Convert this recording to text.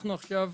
עכשיו,